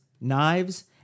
knives